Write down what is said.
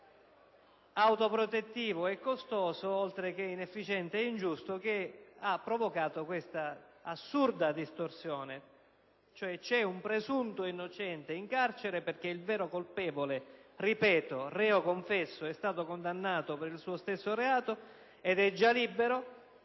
autoprotettivo e costoso, oltre che inefficiente ed ingiusto, che ha provocato questa assurda distorsione. Dunque, c'è un presunto innocente in carcere, mentre il vero colpevole, ripeto reo confesso, condannato per il suo stesso reato, è già libero.